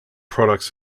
products